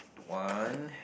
one